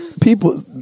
people